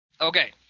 Okay